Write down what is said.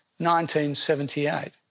1978